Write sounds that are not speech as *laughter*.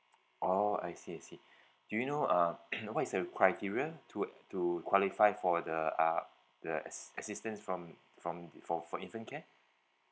oh I see I see do you know uh *coughs* what is the criteria toward to qualify for the uh the ass~ assistance from from for for infant care